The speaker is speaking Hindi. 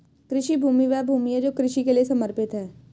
कृषि भूमि वह भूमि है जो कृषि के लिए समर्पित है